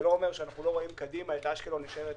זה לא אומר שאנחנו לא רואים קדימה את אשקלון נשארת